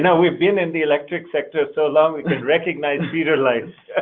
yeah we've been in the electric sector so long, we can recognize feeder lines.